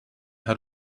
had